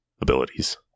abilities